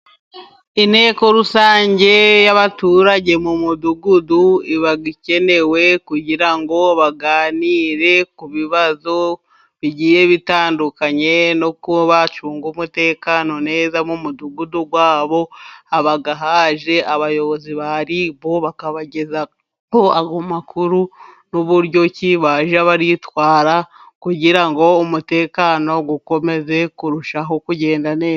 Inteko rusange yababaturage mu mudugudu, iba ikenewe, kugira ngo baganire ku bibazo bigiye bitandukanye, nuko bacunga umutekano neza mu mudugudu wabo, haba haje abayobozi ba RIB, bakabagezaho amakuru, n'uburyo ki bajya baritwara, kugira ngo umutekano ukomeze kurushaho kugenda neza.